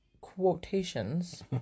quotations